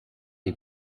die